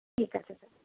ঠিক আছে স্যার